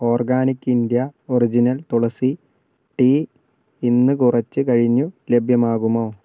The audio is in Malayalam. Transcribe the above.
organic India original tulsi tea ഇന്ന് കുറച്ചു കഴിഞ്ഞു ലഭ്യമാകുമോ